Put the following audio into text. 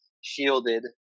shielded